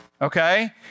Okay